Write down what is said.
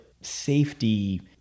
safety